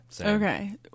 okay